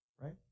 right